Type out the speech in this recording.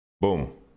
Boom